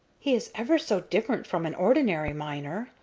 he is ever so different from an ordinary miner,